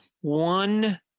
one